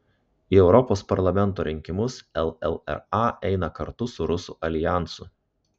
į europos parlamento rinkimus llra eina kartu su rusų aljansu